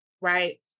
right